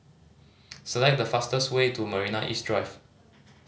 select the fastest way to Marina East Drive